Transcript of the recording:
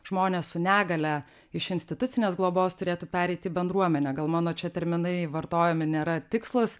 žmonės su negalia iš institucinės globos turėtų pereit į bendruomenę gal mano čia terminai vartojami nėra tikslūs